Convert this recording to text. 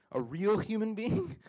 a real human being,